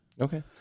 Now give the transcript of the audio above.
Okay